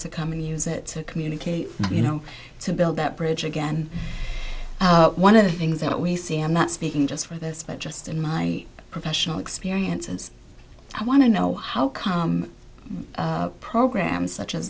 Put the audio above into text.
to come in is it to communicate you know to build that bridge again one of the things that we see i'm not speaking just for this but just in my professional experience and i want to know how come programs such a